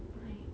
right